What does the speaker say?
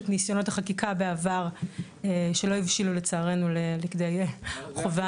את ניסיונות החקיקה בעבר שלא הבשילו לצערנו לכדי חובה.